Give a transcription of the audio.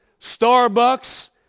Starbucks